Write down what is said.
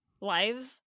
lives